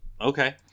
Okay